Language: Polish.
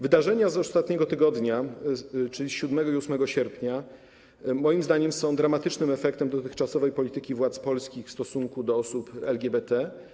Wydarzenia z ostatniego tygodnia, czyli z 7 i 8 sierpnia, są moim zdaniem dramatycznym efektem dotychczasowej polityki władz polskich w stosunku do osób LGBT.